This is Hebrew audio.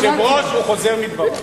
היושב-ראש, הוא חוזר מדבריו.